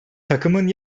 takımın